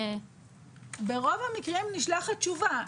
ברוב המקרים נשלחת תשובה.